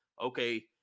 Okay